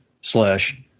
slash